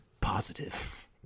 Positive